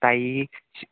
ताई